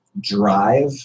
drive